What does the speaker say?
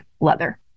leather